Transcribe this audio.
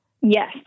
Yes